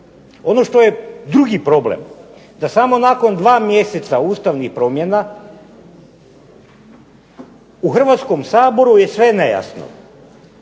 Ono što je drugi problem, da samo nakon dva mjeseca ustavnih promjena u Hrvatskom saboru je sve nejasno.